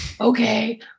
okay